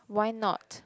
why not